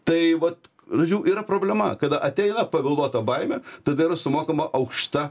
tai vat žodžiu yra problema kada ateina pavėluota baimė tada yra sumokama aukšta